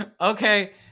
Okay